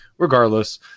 Regardless